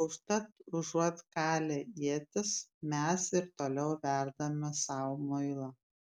užtat užuot kalę ietis mes ir toliau verdame sau muilą